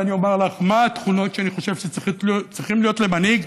ואני אומר לך מה התכונות שצריכות להיות למנהיג,